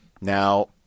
Now